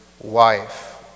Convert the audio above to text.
wife